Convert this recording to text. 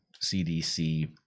CDC